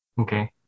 Okay